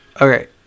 okay